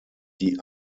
die